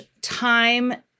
time